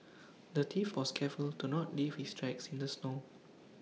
the thief was careful to not leave his tracks in the snow